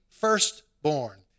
firstborn